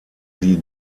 wie